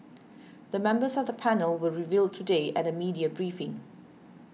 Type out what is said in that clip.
the members of the panel were revealed today at a media briefing